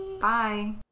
Bye